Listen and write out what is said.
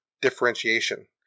differentiation